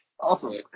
Awesome